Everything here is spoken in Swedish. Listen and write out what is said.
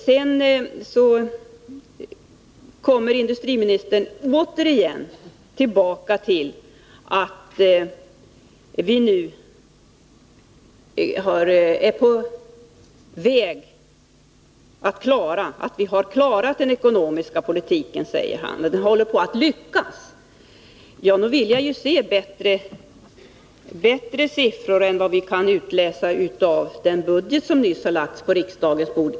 Sedan kom industriministern återigen tillbaka till att den ekonomiska politiken nu håller på att lyckas. Innan jag kan tro på det vill jag se bättre siffror än de vi kan utläsa av den budget som nyss lagts på riksdagens bord.